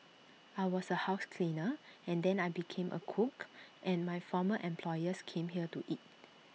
I was A house cleaner and then I became A cook and my former employers came here to eat